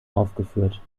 aufgeführt